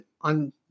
on